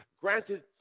granted